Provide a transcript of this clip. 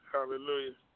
Hallelujah